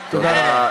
תודה רבה.